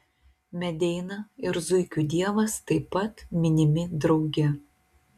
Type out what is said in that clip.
medeina ir zuikių dievas taip pat minimi drauge